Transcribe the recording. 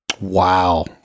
Wow